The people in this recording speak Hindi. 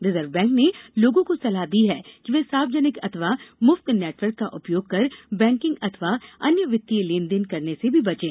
रिज़र्व बैंक ने लोगों को सलाह दी है कि वे सार्वजनिक अथवा मुफ्त नेटवर्क का उपयोग कर बैंकिंग अथवा अन्य वित्तीय लेन देन करने से भी बचें